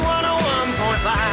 101.5